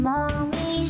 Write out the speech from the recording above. Mommy